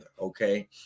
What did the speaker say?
okay